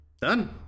Done